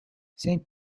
saint